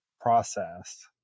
process